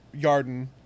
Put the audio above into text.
Yarden